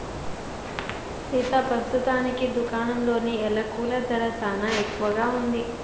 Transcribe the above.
సీతా పస్తుతానికి దుకాణాలలో యలకుల ధర సానా ఎక్కువగా ఉంది